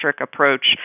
approach